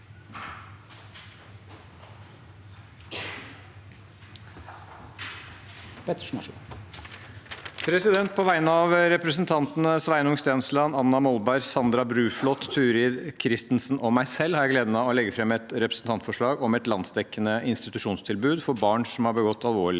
På vegne av repre- sentantene Sveinung Stensland, Anna Molberg, Sandra Bruflot, Turid Kristensen og meg selv har jeg gleden av å legge fram et representantforslag om landsdekkende institusjonstilbud for barn som har begått alvorlige